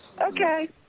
Okay